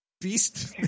Beast